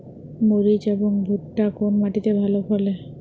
মরিচ এবং ভুট্টা কোন মাটি তে ভালো ফলে?